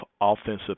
offensive